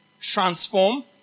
transform